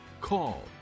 call